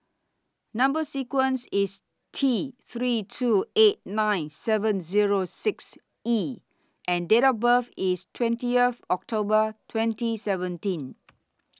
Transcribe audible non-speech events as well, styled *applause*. Number sequence IS T three two eight nine seven Zero six E and Date of birth IS twenty *noise* October twenty seventeen